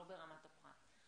לא ברמת הפרט.